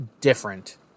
different